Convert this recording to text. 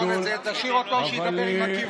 תשאיר אותו, שידבר עם הקירות.